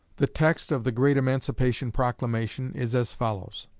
the text of the great emancipation proclamation is as follows